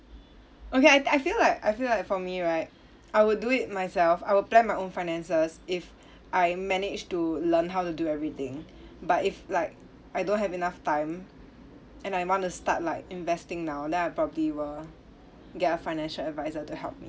okay I I feel like I feel like for me right I would do it myself I would plan my own finances if I manage to learn how to do everything but if like I don't have enough time and I want to start like investing now then I probably will get a financial adviser to help me